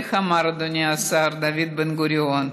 ואיך אמר, אדוני השר, דוד בן-גוריון?